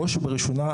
בראש ובראשונה,